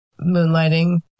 moonlighting